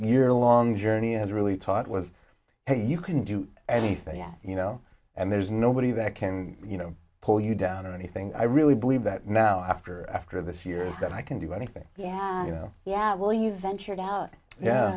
year long journey has really taught was hey you can do anything you know and there's nobody that can you know pull you down or anything i really believe that now after after this years that i can do anything yeah yeah yeah well you ventured out yeah